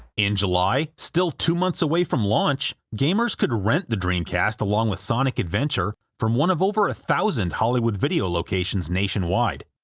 in july, still two months away from launch, gamers could rent the dreamcast along with sonic adventure from one of over one ah thousand hollywood video locations nationwide,